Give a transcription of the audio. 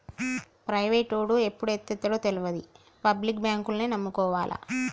ప్రైవేటోడు ఎప్పుడు ఎత్తేత్తడో తెల్వది, పబ్లిక్ బాంకుల్నే నమ్ముకోవాల